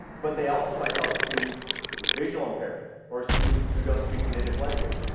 but they also might help students with visual impairments, or students who don't speak the native language,